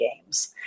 games